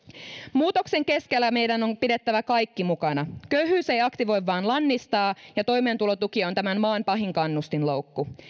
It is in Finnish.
muutoksen keskellä meidän on pidettävä kaikki mukana köyhyys ei aktivoi vaan lannistaa ja toimeentulotuki on tämän maan pahin kannustinloukku